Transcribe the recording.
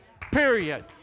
period